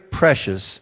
precious